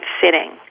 sitting